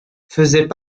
faisaient